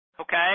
okay